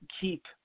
keep